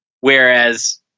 Whereas